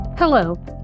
Hello